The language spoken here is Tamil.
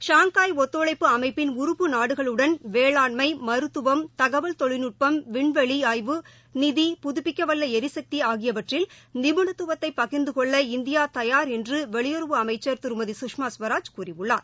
ஷாங்காய் ஒத்துழைப்பு அமைப்பின் உறுப்பு நாடுகளுடன் வேளாண்மை மருத்துவம் தகவல் தொழில்நுட்பம் விண்வெளிஆய்யவ புதுப்பிக்கவல்லளிசக்தி ஆகியவற்றில் நிதி நிபுணத்துவத்தைபகிா்ந்தகொள்ள இந்தியாதயாள் என்றுவெளியுறவு அமைச்ச் திருமதி கஷ்மா ஸ்வராஜ் கூறியுள்ளார்